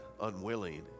unwilling